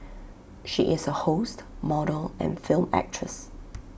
she is A host model and film actress